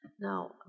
Now